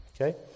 Okay